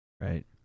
Right